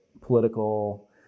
political